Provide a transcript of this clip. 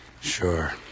Sure